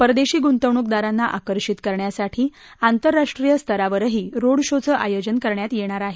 परदेशी गुंतवणूकदारांना आकर्षित करण्यासाठी आंतरराष्ट्रीय स्तरावरही रोड शो चं आयोजन करण्यात येणार आहे